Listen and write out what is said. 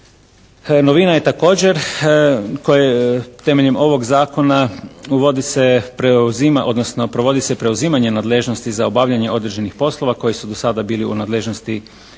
Novina je također koje temeljem ovog zakona uvodi se odnosno provodi se preuzimanje nadležnosti za obavljanje određenih poslova koji su do sada bili u nadležnosti